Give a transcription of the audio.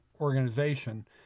organization